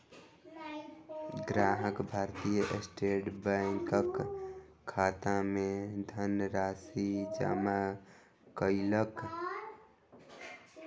ग्राहक भारतीय स्टेट बैंकक खाता मे धनराशि जमा कयलक